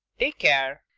take care.